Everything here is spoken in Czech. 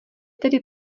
tedy